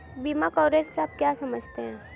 बीमा कवरेज से आप क्या समझते हैं?